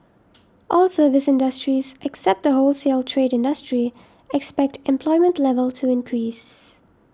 all services industries except the wholesale trade industry expect employment level to increase